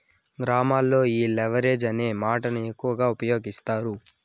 గ్రామాల్లో ఈ లెవరేజ్ అనే మాటను ఎక్కువ ఉపయోగిస్తారు